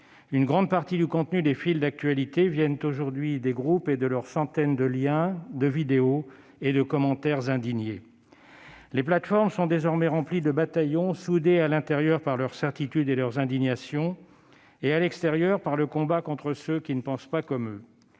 une grande partie du contenu des fils d'actualité proviennent aujourd'hui des groupes et de leurs centaines de liens, de vidéos et de commentaires indignés. Les plateformes sont désormais remplies de bataillons soudés à l'intérieur par leurs certitudes et leurs indignations, et à l'extérieur par le combat contre ceux qui ne pensent pas comme eux.